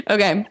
Okay